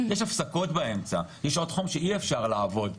יש הפסקות באמצע, יש שעות חום שאי אפשר לעבוד בהם,